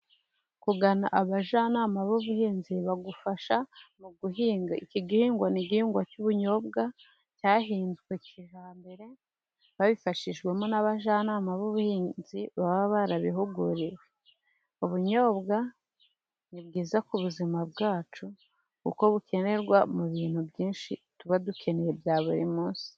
Kugana abajyanama b'ubuhinzi bagufasha mu guhinga. Iki gihingwa ni igihingwa cy'ubunyobwa cyahinzwe hambere babifashijwemo n'abajyanama b'ubuhinzi baba barabihuguriwe. Ubunyobwa ni byiza ku buzima bwacu, kuko bukenerwa mu bintu byinshi tuba dukeneye bya buri munsi.